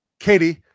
Katie